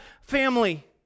family